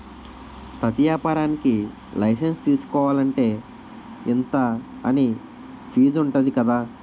ప్రతి ఏపారానికీ లైసెన్సు తీసుకోలంటే, ఇంతా అని ఫీజుంటది కదా